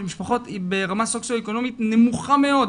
משפחות ברמה סוציו אקונומית נמוכה מאוד.